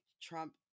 trump